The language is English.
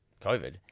COVID